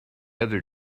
other